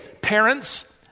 parents